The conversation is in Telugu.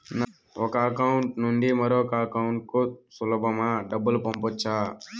ఒక అకౌంట్ నుండి మరొక అకౌంట్ కు సులభమా డబ్బులు పంపొచ్చా